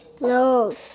No